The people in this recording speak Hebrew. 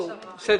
בסדר.